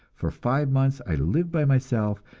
for five months i lived by myself,